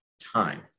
time